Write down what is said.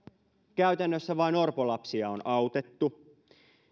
käytännössä vain orpolapsia on autettu